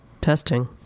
testing